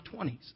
20s